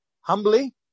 Humbly